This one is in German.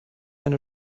eine